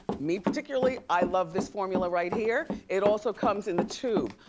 me particularly i love this formula right here. it also comes in the tube.